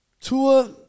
Tua